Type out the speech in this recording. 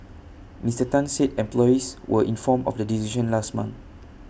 Mister Tan said employees were inform of the decision last month